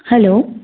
hello